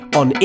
on